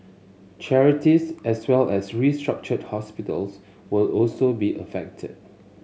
charities as well as restructured hospitals will also be affected